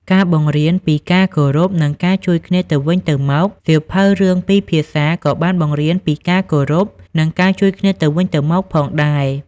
ការបង្រៀនពីការគោរព និងការជួយគ្នាទៅវិញទៅមកសៀវភៅរឿងពីរភាសាក៏បានបង្រៀនពីការគោរព និងការជួយគ្នាទៅវិញទៅមកផងដែរ។